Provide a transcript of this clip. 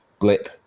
blip